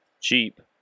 cheap